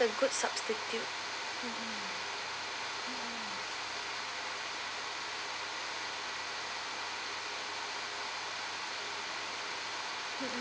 a good substitute mmhmm